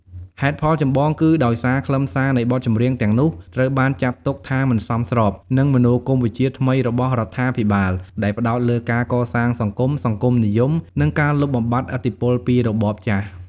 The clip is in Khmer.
ហេតុផលចម្បងគឺដោយសារខ្លឹមសារនៃបទចម្រៀងទាំងនោះត្រូវបានចាត់ទុកថាមិនសមស្របនឹងមនោគមវិជ្ជាថ្មីរបស់រដ្ឋាភិបាល ដែលផ្តោតលើការកសាងសង្គម សង្គមនិយម និងការលុបបំបាត់ឥទ្ធិពលពីរបបចាស់។